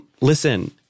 listen